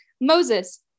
Moses